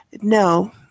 No